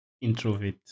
introvert